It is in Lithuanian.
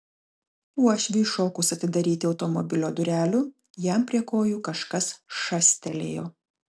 uošviui šokus atidaryti automobilio durelių jam prie kojų kažkas šastelėjo